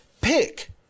pick